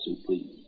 supreme